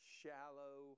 shallow